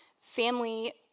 family